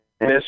miss